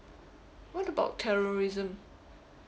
what about terrorism